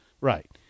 Right